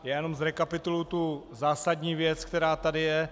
Já jenom zrekapituluji tu zásadní věc, která tady je.